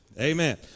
Amen